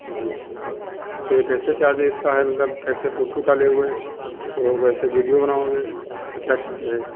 जी तो कैसे चार्ज है उसका मतलब कैसे फोटो का लोगे वैसे वीडियो बनाओगे क्या चार्ज है